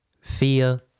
Fear